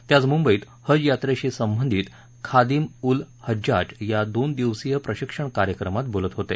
ते आज मुंबईत हज यात्रेशी संबंधित खादिम उल हज्जाज या दोन दिवसीय प्रशिक्षण कार्यक्रमात बोलत होते